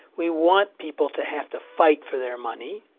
we want people to have to fight for their money.